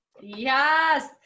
Yes